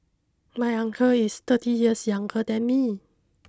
my uncle is thirty years younger than me